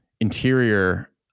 interior